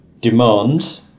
demand